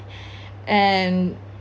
and